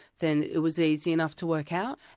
then it was easy enough to work out.